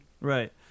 Right